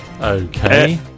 Okay